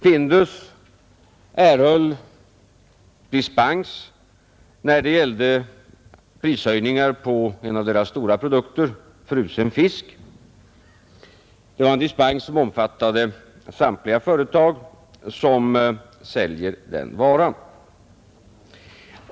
Findus erhöll dispens när det gällde prishöjningar på en av deras stora produkter, frusen fisk. Denna dispens omfattade samtliga företag som säljer den varan.